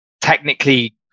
technically